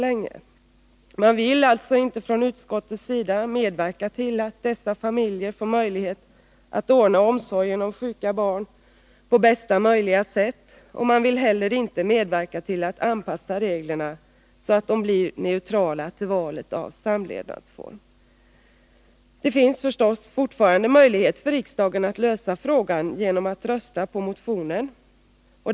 Utskottet vill alltså inte medverka till att dessa familjer får möjlighet att ordna omsorgen om sjuka barn på bästa möjliga sätt. Utskottet vill heller inte medverka till att anpassa reglerna så att de blir neutrala till valet av samlevnadsform. Det finns förstås fortfarande möjlighet för riksdagen att lösa frågan — genom att rösta på motionen.